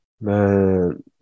Man